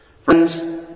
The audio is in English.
Friends